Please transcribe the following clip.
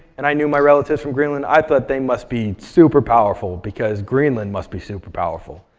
and i knew my relatives from greenland, i thought they must be super powerful. because greenland must be super powerful,